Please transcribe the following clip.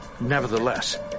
Nevertheless